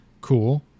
Cool